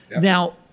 Now